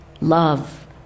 love